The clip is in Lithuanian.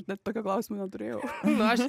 bet tokio klausimo neturėjau nors